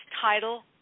title